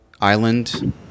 island